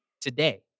today